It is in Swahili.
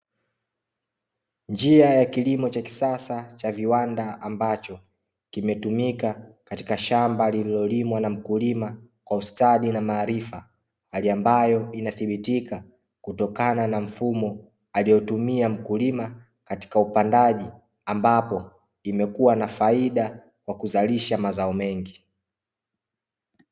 Njia ya kilimo cha kisasa cha viwanda ambacho kimetumika katika shamba lilolimwa na mkulima kwa ustadi na maarifa, hali ambayo inathibitika kutokana na mfumo alioutumia mkulima katika upandaji ambapo imekuwa na faida kwa kuzalisha mazao mengi.